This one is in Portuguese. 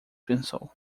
pensou